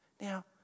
Now